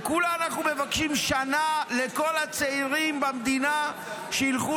וכולה אנחנו מבקשים שנה לכל הצעירים במדינה, שילכו